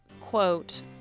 quote